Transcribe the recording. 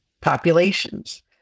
populations